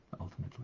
ultimately